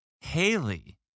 Haley